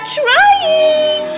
trying